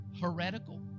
heretical